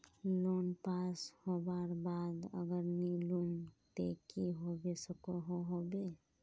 Loan पास होबार बाद अगर नी लुम ते की होबे सकोहो होबे?